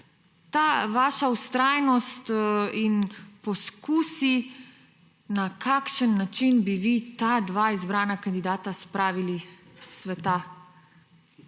Ta vaša vztrajnost in poskusi, na kakšen način bi vi ta dva izbrana kandidata spravili s sveta.